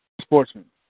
Sportsman